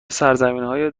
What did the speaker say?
سرزمینای